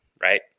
right